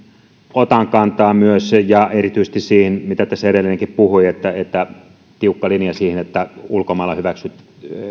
otan kantaa myös ja erityisesti siihen mitä tässä edellinenkin edustaja puhui että että tiukka linja siihen että